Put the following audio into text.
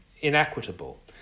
inequitable